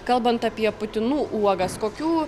kalbant apie putinų uogas kokių